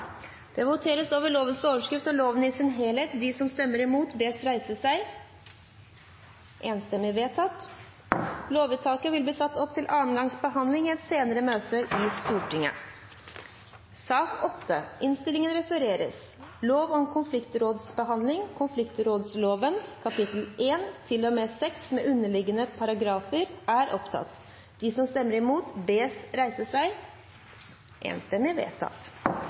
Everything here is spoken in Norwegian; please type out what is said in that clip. Det voteres over lovens overskrift og loven i sin helhet. Lovvedtaket vil bli ført opp til andre gangs behandling i et senere møte i Stortinget. Dermed er